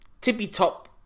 tippy-top